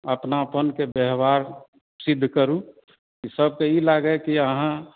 अपनापनके व्यवहार सिद्ध करू सभके ई लागय कि अहाँ